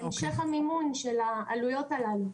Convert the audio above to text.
כל המשך המימון של העלויות הללו.